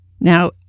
Now